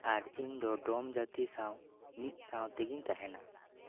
ᱟᱨ ᱤᱧ ᱫᱚ ᱰᱚᱢ ᱡᱟᱹᱛᱤ ᱥᱟᱶ ᱢᱤᱫ ᱥᱟᱶ ᱛᱮᱜᱮᱧ ᱛᱟᱦᱮᱸᱱᱟ